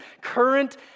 current